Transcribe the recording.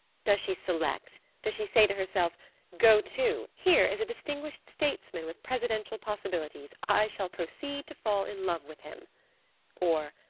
does she select? does she say to herself go to! here is a distinguished statesman with presidential possibilities i shall proceed to fall in love with him or,